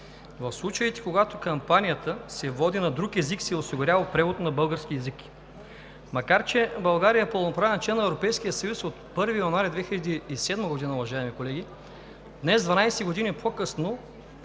„В случаите, когато кампанията се води на друг език, се осигурява превод на български език.“ Макар че България е пълноправен член на Европейския съюз от 1 януари 2007 г., уважаеми колеги, днес, дванадесет години по-късно,